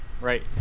right